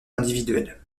individuel